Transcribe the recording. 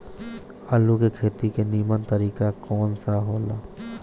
आलू के खेती के नीमन तरीका कवन सा हो ला?